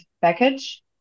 package